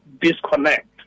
disconnect